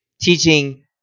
teaching